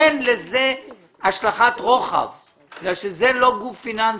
אין לזה השלכת רוחב כי זה לא גוף פיננסי,